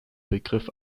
begriff